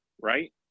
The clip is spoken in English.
right